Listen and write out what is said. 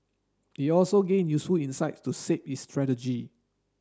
it also gain useful insight to shape its strategy